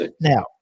Now